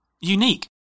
unique